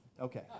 Okay